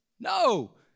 No